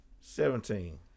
Seventeen